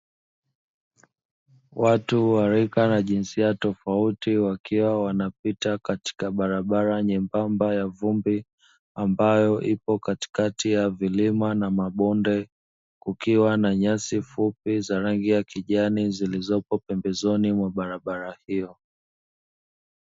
Watu wa rika na jinsia tofauti wakiwa wanapita katika barabara nyembamba ya vumbi, ambayo ipo katikati ya vilima na mabonde kukiwa na nyasi fupi za rangi ya kijani zilizopo pembezoni mwa barabara hiyo.